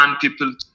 people